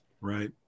right